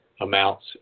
amounts